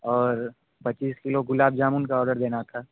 और पच्चीस किलो गुलाब जामुन का ऑर्डर देना था